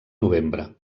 novembre